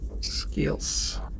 Skills